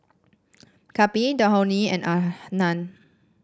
Kapil Dhoni and Anand